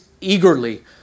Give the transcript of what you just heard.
eagerly